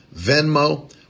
Venmo